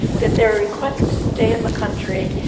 that their requests to stay in the country